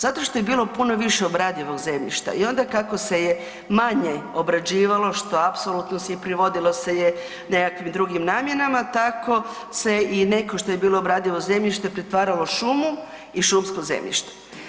Zato što je bilo puno više obradivog zemljišta i onda kako se je manje obrađivalo, što apsolutno … [[Govornik se ne razumije]] i privodilo se je nekakvim drugim namjenama, tako se i neko što je bilo obradivo zemljište pretvaralo u šumu i šumsko zemljište.